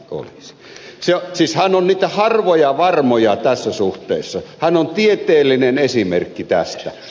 siis hän on niitä harvoja varmoja tässä suhteessa hän on tieteellinen esimerkki tästä